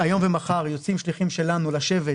היום ומחר יוצאים שליחים שלנו לשבת